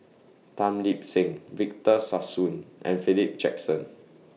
Tan Lip Seng Victor Sassoon and Philip Jackson